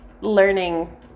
learning